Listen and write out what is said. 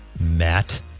Matt